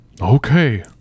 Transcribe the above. Okay